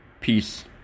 Peace